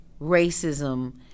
racism